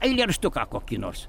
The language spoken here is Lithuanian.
eilėraštuką kokį nors